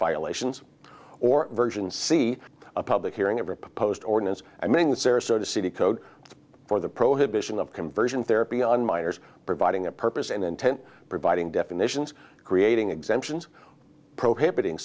violations or version see a public hearing of riposte ordinance among the sarasota city code for the prohibiting of conversion therapy on minors providing a purpose and intent providing definitions creating exemptions prohibiting